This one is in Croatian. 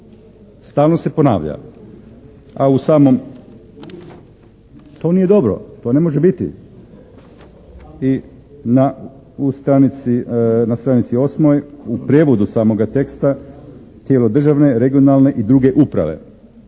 Stalno se ponavlja a u samom to nije dobro, to ne može biti. I na stranici osmoj u prijevodu samoga teksta tijelo državne, regionalne i druge uprave.